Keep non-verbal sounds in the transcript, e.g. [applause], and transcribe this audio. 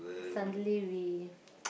suddenly we [noise]